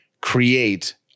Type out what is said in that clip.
create